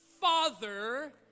Father